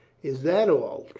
is that all?